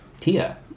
Tia